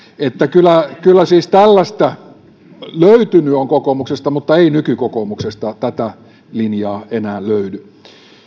että kyllä kyllä siis tällaista on löytynyt kokoomuksesta mutta ei nykykokoomuksesta tätä linjaa enää löydy